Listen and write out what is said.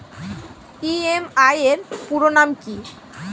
EMI এর পুরোনাম কী?